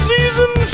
Season